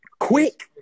Quick